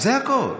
זה הכול.